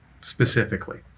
specifically